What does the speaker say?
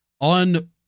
on